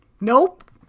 nope